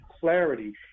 clarity